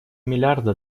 миллиарда